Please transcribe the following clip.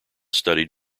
studied